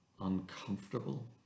uncomfortable